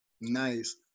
nice